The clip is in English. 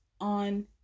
on